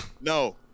No